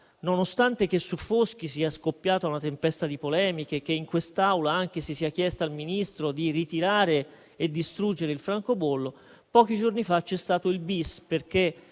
nonostante su Foschi sia scoppiata una tempesta di polemiche e in quest'Aula si sia chiesto al Ministro di ritirare e distruggere il francobollo, c'è stato il *bis*, perché